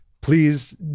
Please